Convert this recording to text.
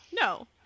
No